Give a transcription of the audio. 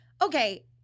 Okay